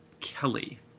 Kelly